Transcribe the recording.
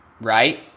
right